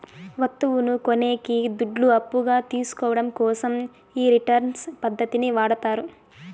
వత్తువును కొనేకి దుడ్లు అప్పుగా తీసుకోవడం కోసం ఈ రిటర్న్స్ పద్ధతిని వాడతారు